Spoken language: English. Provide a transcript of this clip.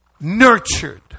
nurtured